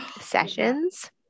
sessions